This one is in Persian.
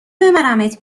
ببرمت